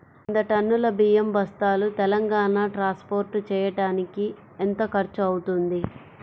వంద టన్నులు బియ్యం బస్తాలు తెలంగాణ ట్రాస్పోర్ట్ చేయటానికి కి ఎంత ఖర్చు అవుతుంది?